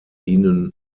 ihnen